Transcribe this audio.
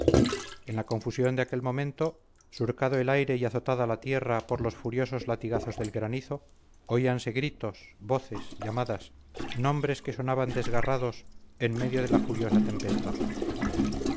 en la confusión de aquel momento surcado el aire y azotada la tierra por los furiosos latigazos del granizo oíanse gritos voces llamadas nombres que sonaban desgarrados en medio de la furiosa tempestad